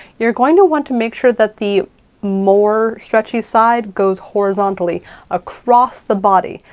you're going to want to make sure that the more stretchy side goes horizontally across the body.